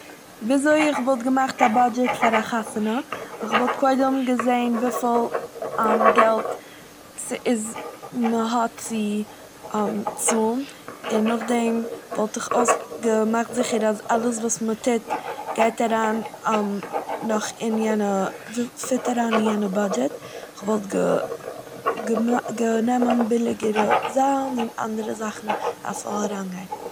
וויזוי כ'וואלט געמאכט א באדזשעט פאר א חתונה. כ'וואלט קודם געזעהן וויפיל געלט ס'איז- מ'האט צו צאלן, און נאכדעם וואלט איך אויס- כ'וואלט געמאכט זיכער אז אלעס וואס מ'טוט גייט אריין נאך אין יענע- פיט אריין אין יענע באדזשעט, כ'וואלט גע- געמאכט- גענעמען ביליגערע זאלן און אנדערע זאכן אז ס'זאל אריינגיין.